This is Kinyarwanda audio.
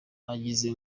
agize